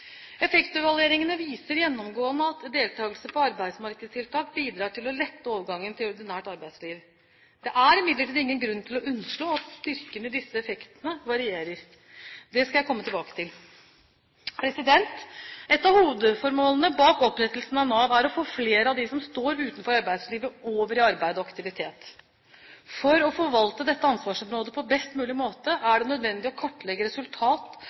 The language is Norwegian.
Effektevalueringene viser gjennomgående at deltakelse i arbeidsmarkedstiltak bidrar til å lette overgangen til ordinært arbeidsliv. Det er imidlertid ingen grunn til å underslå at styrken i disse effektene varierer. Det skal jeg komme tilbake til. Et av hovedformålene bak opprettelsen av Nav er å få flere av dem som står utenfor arbeidslivet, over i arbeid og aktivitet. For å forvalte dette ansvarsområdet på best mulig måte er det nødvendig å kartlegge